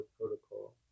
Protocol